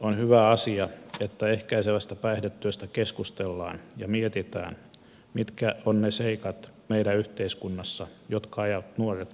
on hyvä asia että ehkäisevästä päihdetyöstä keskustellaan ja mietitään mitkä ovat ne seikat meidän yhteiskunnassamme jotka ajavat nuoret päihteiden käyttäjiksi